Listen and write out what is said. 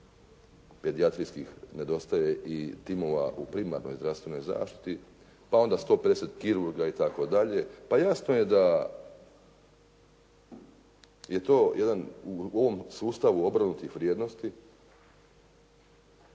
pedijatrijskih, nedostaje i timova u primarnoj zdravstvenoj zaštiti, pa onda 150 kirurga i tako dalje. Pa jasno je da je to jedan u ovom sustavu obrnutih vrijednosti,